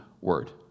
word